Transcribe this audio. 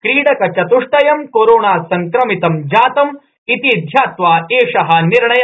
क्रीडकचत्ष्टयं कोरोनासंक्रमितं जातम इति ध्यात्वा निर्णय